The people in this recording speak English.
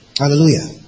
Hallelujah